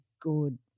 good